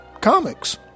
comics